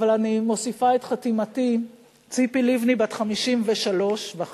אבל אני מוסיפה את חתימתי, ציפי לבני, בת 53 וחצי,